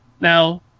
Now